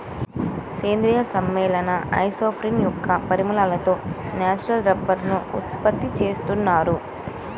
సేంద్రీయ సమ్మేళనాల ఐసోప్రేన్ యొక్క పాలిమర్లతో న్యాచురల్ రబ్బరుని ఉత్పత్తి చేస్తున్నారు